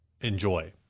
enjoy